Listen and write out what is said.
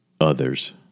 others